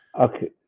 Okay